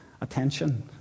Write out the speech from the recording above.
attention